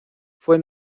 fue